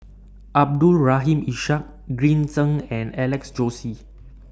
Abdul Rahim Ishak Green Zeng and Alex Josey